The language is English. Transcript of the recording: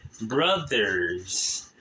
Brothers